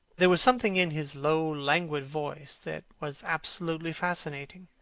there was something in his low languid voice that was absolutely fascinating.